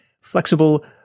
flexible